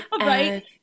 right